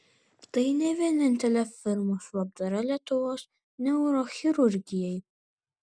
tai ne vienintelė firmos labdara lietuvos neurochirurgijai